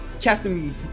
Captain